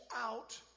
out